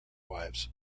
wives